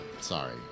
Sorry